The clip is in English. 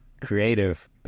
creative